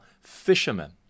fishermen